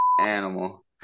animal